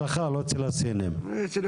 שזה בעצם